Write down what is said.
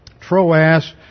Troas